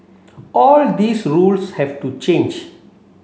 all these rules have to change